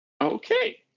Okay